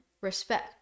respect